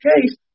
case